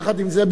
יחד עם זה,